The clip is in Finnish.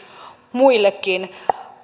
muillekin